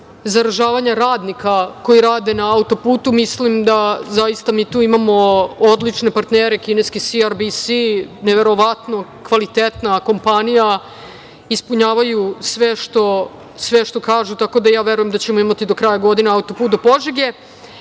zaražavanja radnika koji rade na autoputu, mislim da tu imamo odlične partnere kineski Siar bisi, neverovatno kvalitetna kompanija, ispunjavaju sve što kažu, tako da ja verujem da ćemo imati do kraja godine autoput do Požege,